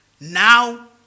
now